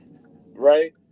Right